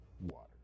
water